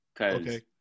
Okay